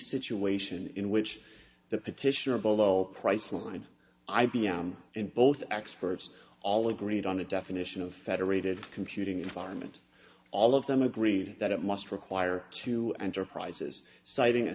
situation in which the petitioner below priceline i b m and both experts all agreed on a definition of federated computing environment all of them agreed that it must require two enterprises citing a